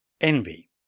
Envy